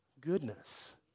goodness